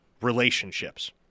relationships